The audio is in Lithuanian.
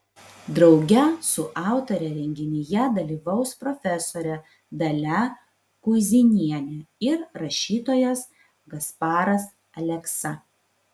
drauge su autore renginyje dalyvaus profesorė dalia kuizinienė ir rašytojas gasparas aleksa